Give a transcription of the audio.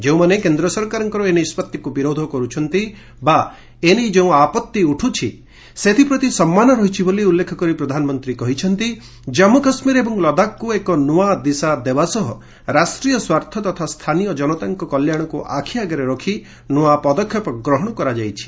ଯେଉଁମାନେ କେନ୍ଦ୍ର ସରକାରଙ୍କର ଏହି ନିଷ୍ପଭିକୁ ବିରୋଧ କରୁଛନ୍ତି ବା ଏନେଇ ଯେଉଁ ଆପଭି ଉଠୁଛି ସେଥିପ୍ରତି ସମ୍ମାନ ରହିଛି ବୋଲି ଉଲ୍ଲେଖ କରି ପ୍ରଧାନମନ୍ତ୍ରୀ କହିଛନ୍ତି ଜମ୍ମୁ କାଶ୍ମୀର ଏବଂ ଲଦାଖକୁ ଏକ ନୂଆ ଦିଶା ଦେବା ସହ ରାଷ୍ଟ୍ରୀୟ ସ୍ୱାର୍ଥ ତଥା ସ୍ଥାନୀୟ ଜନତାଙ୍କ କଲ୍ୟାଶକୁ ଆଖିଆଗରେ ରଖି ନୂଆ ପଦକ୍ଷେପ ଗ୍ରହଣ କରାଯାଇଛି